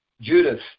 Judith